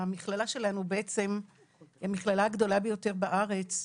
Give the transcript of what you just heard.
המכללה שלנו בעצם המכללה הגדולה ביותר בארץ,